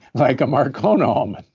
like a marcona um